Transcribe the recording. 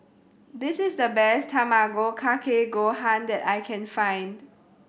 this is the best Tamago Kake Gohan that I can find